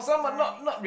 right